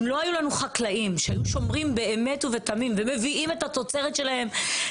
אם לא היו לנו חקלאים שהיו שומרים באמת ובתמים ומביאים את התוצרת שלהם